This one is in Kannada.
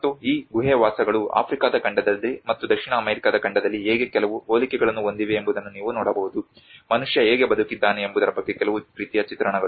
ಮತ್ತು ಈ ಗುಹೆ ವಾಸಗಳು ಆಫ್ರಿಕಾದ ಖಂಡದಲ್ಲಿ ಮತ್ತು ದಕ್ಷಿಣ ಅಮೆರಿಕಾದ ಖಂಡದಲ್ಲಿ ಹೇಗೆ ಕೆಲವು ಹೋಲಿಕೆಗಳನ್ನು ಹೊಂದಿವೆ ಎಂಬುದನ್ನು ನೀವು ನೋಡಬಹುದು ಮನುಷ್ಯ ಹೇಗೆ ಬದುಕಿದ್ದಾನೆ ಎಂಬುದರ ಬಗ್ಗೆ ಕೆಲವು ರೀತಿಯ ಚಿತ್ರಣಗಳು